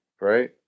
right